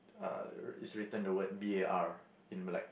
uh is written the word B_A_R in black